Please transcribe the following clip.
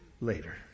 later